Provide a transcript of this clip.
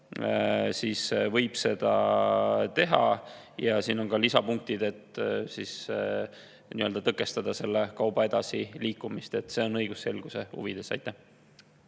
võib seda teha. Ja siin on ka lisapunktid, et tõkestada kauba edasiliikumist. See on õigusselguse huvides. Jah,